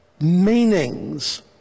meanings